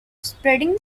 spreading